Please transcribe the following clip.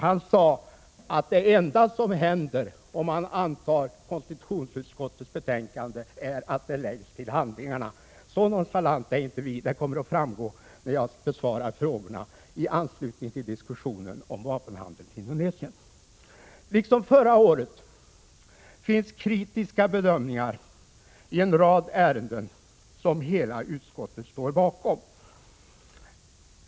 Han sade att det enda som händer om man antar konstitutionsutskottets betänkande är att det läggs till handlingarna. Så nonchalanta är inte vi. Det kommer att framgå när jag besvarar frågorna i anslutning till diskussionen om vapenhandel med Indonesien. Det finns liksom förra året kritiska bedömningar i en rad ärenden som hela utskottet står bakom.